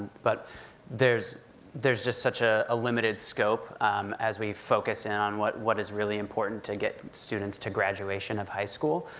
but there's there's just such a limited scope as we focus in on what what is really important to get students to graduation of high school.